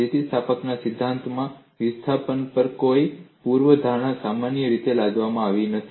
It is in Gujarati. સ્થિતિસ્થાપકતાના સિદ્ધાંતમાં વિસ્થાપન પર કોઈ પૂર્વ ધારણા સામાન્ય રીતે લાદવામાં આવતી નથી